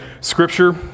scripture